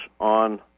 on